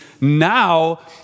now